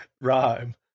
rhyme